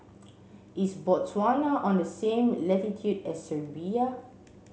is Botswana on the same latitude as Serbia